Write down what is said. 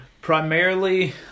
Primarily